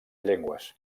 llengües